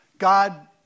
God